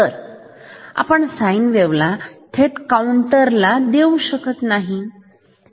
तरआपण sine wave ला थेट काउंटर ला देऊ शकत नाही